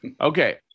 Okay